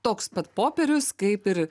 toks pat popierius kaip ir